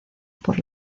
por